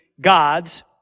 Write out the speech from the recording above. God's